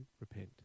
repent